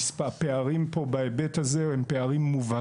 הפערים פה, בהיבט הזה, הם מובהקים.